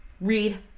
Read